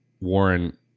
Warren